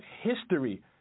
history